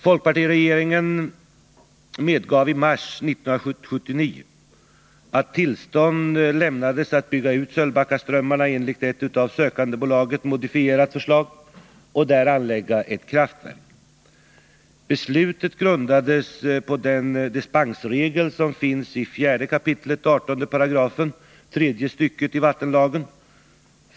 Folkpartiregeringen medgav i mars 1979 att tillstånd lämnades att bygga ut Sölvbackaströmmarna enligt ett av sökandebolaget modifierat förslag och där anlägga ett kraftverk. Beslutet grundades på den dispensregel som finns i 4 kap. 18§ tredje stycket i vattenlagen.